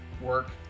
work